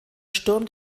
sturm